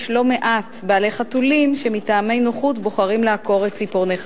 יש לא מעט בעלי חתולים שמטעמי נוחות בוחרים לעקור את ציפורני חתוליהם.